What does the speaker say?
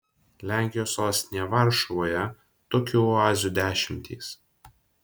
lenkijos sostinėje varšuvoje tokių oazių dešimtys